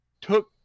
took